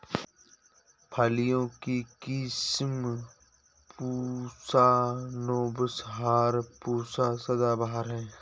फलियों की किस्म पूसा नौबहार, पूसा सदाबहार है